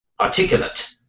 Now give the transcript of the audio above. articulate